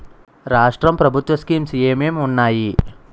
రాష్ట్రం ప్రభుత్వ స్కీమ్స్ ఎం ఎం ఉన్నాయి?